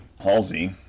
Halsey